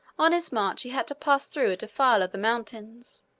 on his march he had to pass through a defile of the mountains.